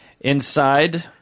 Inside